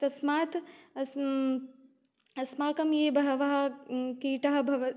तस्मात् अस्म् अस्माकं ये बहवः कीटः भव्